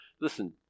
Listen